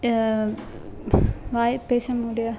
வாய் பேச முடியா